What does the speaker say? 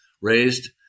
raised